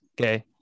okay